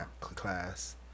class